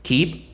Keep